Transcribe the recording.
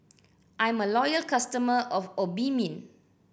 I'm a loyal customer of Obimin